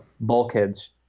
bulkheads